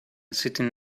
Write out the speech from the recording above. sitting